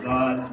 God